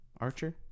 Archer